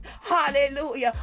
hallelujah